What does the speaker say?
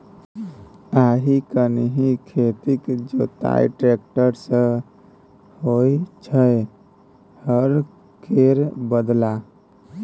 आइ काल्हि खेतक जोताई टेक्टर सँ होइ छै हर केर बदला